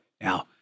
Now